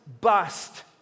bust